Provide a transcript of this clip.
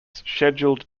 scheduled